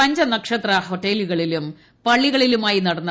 പഞ്ചനക്ഷത്ര ഹോട്ടലുകളിലും പള്ളികളിലുമായി നടന്നു